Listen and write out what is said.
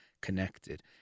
connected